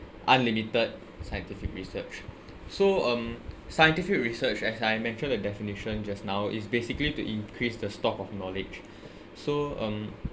unlimited scientific research so um scientific research as I mentioned the definition just now is basically to increase the stock of knowledge so um